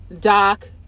Doc